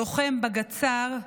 לוחם בגדס"ר,